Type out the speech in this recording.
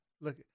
look